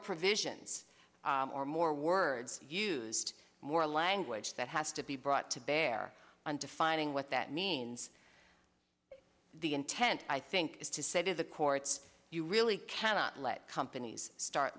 provisions or more words used more language that has to be brought to bear on defining what that means the intent i think is to say to the courts you really cannot let companies start